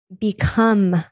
become